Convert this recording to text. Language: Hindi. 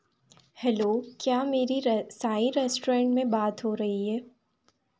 हेलो क्या मेरी र साईं रेस्टुरेंट में बात हो रही है